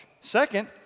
Second